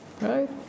right